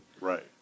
Right